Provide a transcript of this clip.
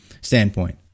standpoint